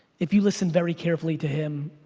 if you listen very carefully to him,